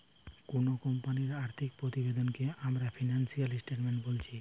কুনো কোম্পানির আর্থিক প্রতিবেদনকে আমরা ফিনান্সিয়াল স্টেটমেন্ট বোলছি